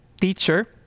teacher